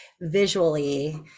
visually